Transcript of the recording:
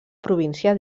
província